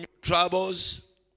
troubles